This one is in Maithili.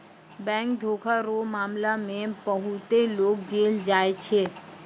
बैंक धोखा रो मामला मे बहुते लोग जेल जाय छै